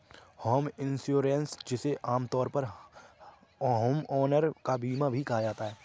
home insurance जिसे आमतौर पर होमओनर का बीमा भी कहा जाता है